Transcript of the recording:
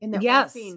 Yes